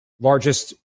Largest